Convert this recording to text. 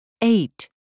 Eight